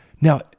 Now